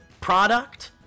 product